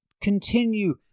continue